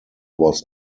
was